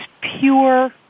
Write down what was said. pure